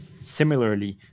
similarly